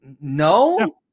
no